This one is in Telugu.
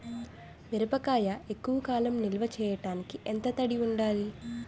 మిరపకాయ ఎక్కువ కాలం నిల్వ చేయటానికి ఎంత తడి ఉండాలి?